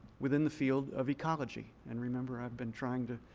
within the field of ecology. and remember i've been trying to